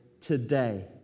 today